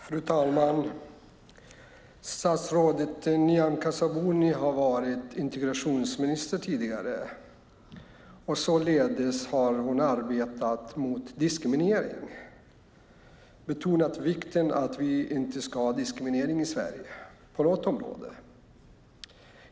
Fru talman! Statsrådet Nyamko Sabuni har varit integrationsminister tidigare. Således har hon arbetat mot diskriminering och betonat vikten av att vi inte ska ha diskriminering i Sverige på något område.